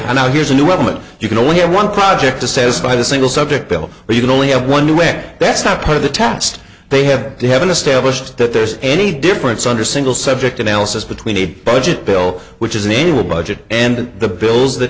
say now here's a new government you can only have one project to satisfy the single subject bill or you can only have one do it that's not part of the test they have you haven't established that there's any difference under single subject analysis between a budget bill which is an interim budget and the bills that